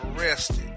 arrested